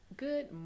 Good